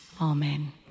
Amen